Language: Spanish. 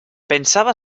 pensaba